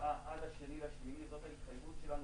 ההצעה עד ה-2 באוגוסט וזאת ההתחייבות שלנו,